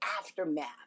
aftermath